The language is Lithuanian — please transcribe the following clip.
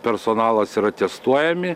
personalas yra testuojami